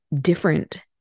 different